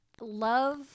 Love